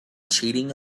cheating